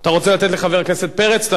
אתה רוצה לתת לחבר הכנסת פרץ?